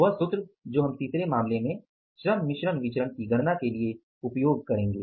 वह सूत्र जो हम तीसरे मामले में श्रम मिश्रण विचरण की गणना के लिए उपयोग करेंगे